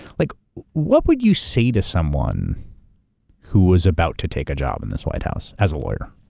like what would you say to someone who was about to take a job in this white house, as a lawyer?